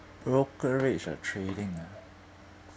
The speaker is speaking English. brokerage ah trading ah